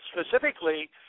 specifically